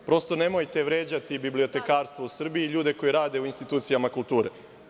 Prosto, nemojte vređati bibliotekarstvo u Srbiji i ljude koji rade u institucijama kulture.